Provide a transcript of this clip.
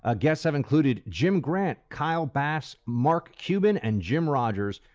ah guests have included jim grant, kyle bass, mark cuban, and jim rogers.